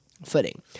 Footing